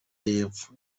y’epfo